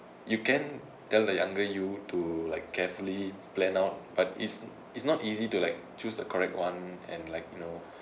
you can tell the younger you to like carefully planned out but it's it's not easy to like choose the correct one and like you know